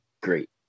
great